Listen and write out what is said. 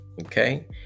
Okay